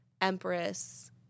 empress